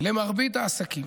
למרבית העסקים.